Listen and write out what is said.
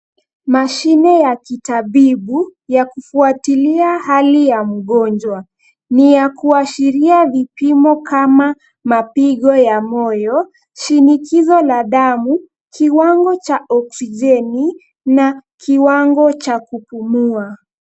Mashine ya kitabibu, ya kufuatilia hali ya mgonjwa. Ni ya kuashiria vipimo kama mapigo ya moyo, shinikizo la damu, kiwango cha oksigeni na kiwango cha kupumua.